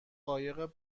قایق